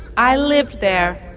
i lived there.